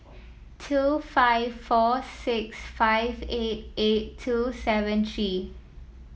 two five four six five eight eight two seven three